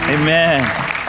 Amen